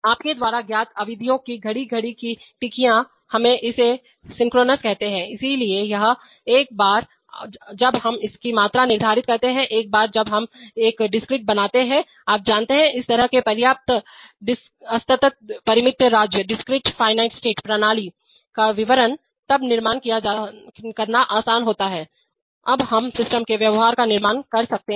आपके द्वारा ज्ञात अवधियों की घड़ी घड़ी की टिकियां हम इसे तुल्यकालिक सिंक्रोनस कहते हैं इसलिए यह है इसलिए एक बार जब हम इसकी मात्रा निर्धारित करते हैं एक बार जब हम एक डिस्क्रीट बनाते हैं तो आप जानते हैं इस तरह के पर्याप्त असतत परिमित राज्य डिस्क्रीट फाईनाइट स्टेटप्रणाली का विवरण तब निर्माण करना आसान होता है तब हम सिस्टम के व्यवहार का निर्माण कर सकते हैं